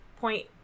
point